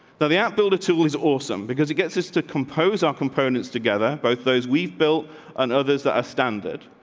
the the at builder tool is awesome because it gets us to compose our components together, both those we've built on others that are standard.